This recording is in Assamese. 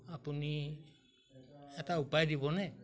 আপুনি এটা উপায় দিবনে